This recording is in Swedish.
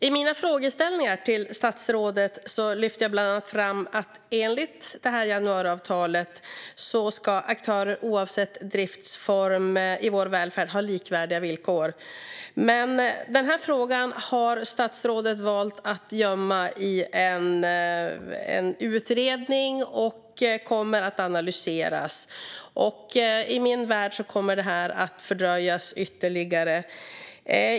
I mina frågeställningar till statsrådet lyfte jag bland annat fram att enligt januariavtalet ska aktörer i vår välfärd ha likvärdiga villkor, oavsett driftsform. Men statsrådet har valt att gömma denna fråga i en utredning, och den kommer att analyseras. I min värld är detta ytterligare en fördröjning.